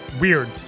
weird